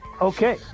okay